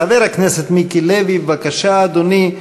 חבר הכנסת מיקי לוי, בבקשה, אדוני,